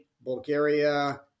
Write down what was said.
Bulgaria